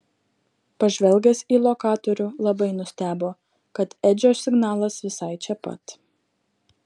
pažvelgęs į lokatorių labai nustebo kad edžio signalas visai čia pat